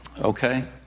Okay